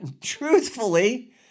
truthfully